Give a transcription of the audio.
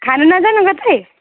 खानु नजानु कतै